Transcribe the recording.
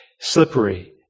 slippery